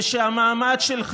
הגיע הזמן,